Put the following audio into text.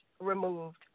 removed